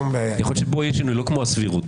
יכול להיות שפה יהיה שינוי, לא כמו בסבירות.